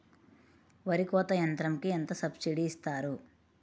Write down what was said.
వరి కోత యంత్రంకి ఎంత సబ్సిడీ ఇస్తారు?